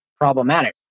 problematic